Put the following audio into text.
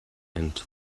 and